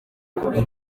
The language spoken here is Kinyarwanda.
kuvuga